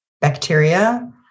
bacteria